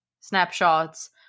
snapshots